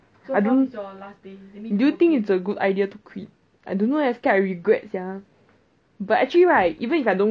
I don't do you think it's a good idea to quit I don't know leh I scared I regret sia but actually right even if I don't